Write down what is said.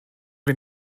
wir